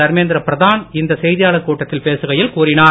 தர்மேந்திர பிரதான் இந்த செய்தியாளர் கூட்டத்தில் பேசுகையில் கூறினார்